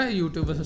youtube